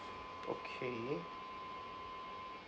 okay